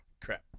Crap